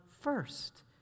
first